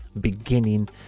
beginning